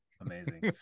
Amazing